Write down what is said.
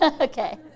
Okay